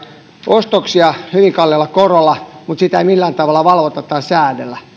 ostoksia hyvin kalliilla korolla mutta sitä ei millään tavalla valvota tai säädellä